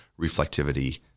reflectivity